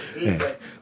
Yes